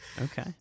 Okay